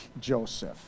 Joseph